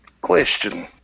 Question